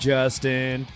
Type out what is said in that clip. Justin